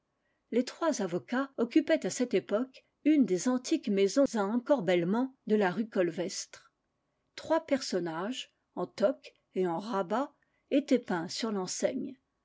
les trois avocats occupaient à cette époque une des anti ques maisons à encorbellement de la rue colvestre trois personnages en toque et en rabat étaient peints sur